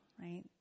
right